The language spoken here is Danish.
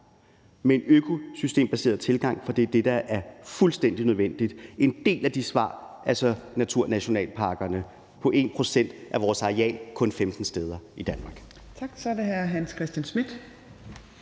med en økosystembaseret tilgang, for det er det, der er fuldstændig nødvendigt. En del af svaret er altså naturnationalparkerne på 1 pct. af vores areal, kun 15 steder i Danmark.